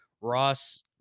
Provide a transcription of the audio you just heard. Ross